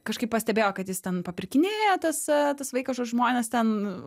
kažkaip pastebėjo kad jis ten papirkinėja tas tas vaikas žmones ten